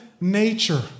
nature